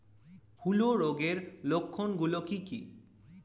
হূলো রোগের লক্ষণ গুলো কি কি?